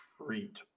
treat